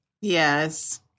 yes